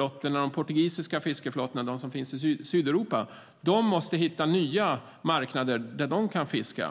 och portugisiska fiskeflottorna måste hitta nya vatten där de kan fiska.